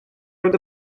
rownd